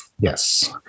yes